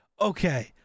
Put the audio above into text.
okay